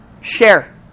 Share